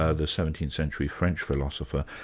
ah the seventeenth century french philosopher.